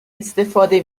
استفاده